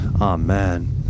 Amen